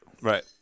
right